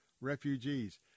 refugees